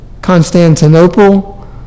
Constantinople